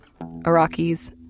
Iraqis